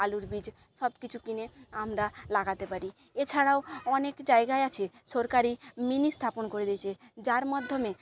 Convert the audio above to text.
আলুর বীজ সবকিছু কিনে আমরা লাগাতে পারি এছাড়াও অনেক জায়গায় আছে সরকারি মিনি স্থাপন করে দিয়েছে যার মাধ্যমে